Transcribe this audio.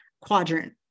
quadrant